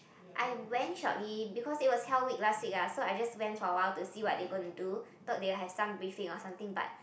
I went shortly because it was hell week last week ah so I just went for a while to see what they gonna do thought they will have some briefing or something but